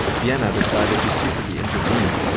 vienna decided to secretly intervene.